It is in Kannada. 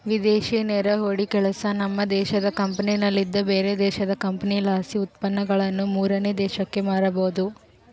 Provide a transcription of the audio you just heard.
ವಿದೇಶಿ ನೇರ ಹೂಡಿಕೆಲಾಸಿ, ನಮ್ಮ ದೇಶದ ಕಂಪನಿಲಿಂದ ಬ್ಯಾರೆ ದೇಶದ ಕಂಪನಿಲಾಸಿ ಉತ್ಪನ್ನಗುಳನ್ನ ಮೂರನೇ ದೇಶಕ್ಕ ಮಾರಬೊದು